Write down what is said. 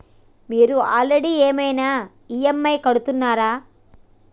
మీరు ఆల్రెడీ ఏమైనా ఈ.ఎమ్.ఐ కడుతున్నారా?